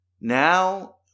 now